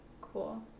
cool